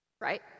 Right